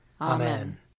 Amen